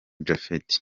japhet